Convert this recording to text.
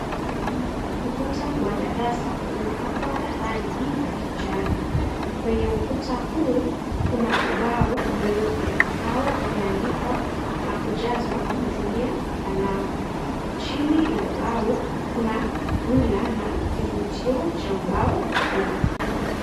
Ukuta wa darasa umepakwa rangi ya kijani. Kwenye ukuta huu kuna ubao mweupe ambao umeandikwa na kujazwa kwa kutumia kalamu. Chini ya ubao kuna rula na kifutio cha ubao huu.